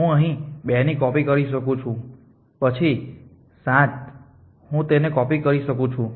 હું અહીં 2 ની કોપી કરી શકું છું પછી 7 હું તેને કોપી કરી શકું છું